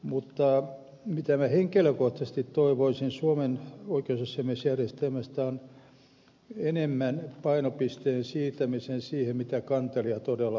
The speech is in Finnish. mutta se mitä minä henkilökohtaisesti toivoisin suomen oikeusasiamiesjärjestelmän suhteen on se että enemmän painopistettä siirrettäisiin siihen mitä kantelija todella haluaa